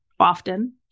often